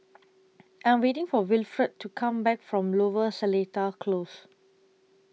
I Am waiting For Wilfred to Come Back from Lower Seletar Close